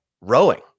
Rowing